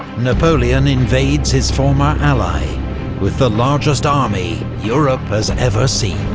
napoleon invades his former ally with the largest army europe has ever seen.